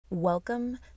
welcome